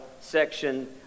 section